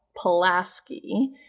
Pulaski